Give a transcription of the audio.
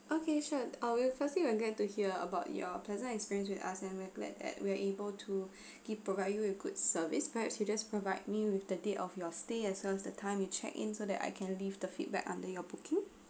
okay sure I will firstly we are going to hear about your pleasant experience with us and we're glad that we're able to keep provide you with good service perhaps you just provide me with the date of your stay as well as the time you check in so that I can leave the feedback under your booking